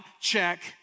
check